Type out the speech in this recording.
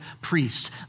priest